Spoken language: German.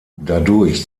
dadurch